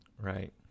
Right